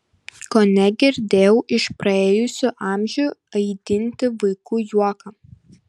kone girdėjau iš praėjusių amžių aidintį vaikų juoką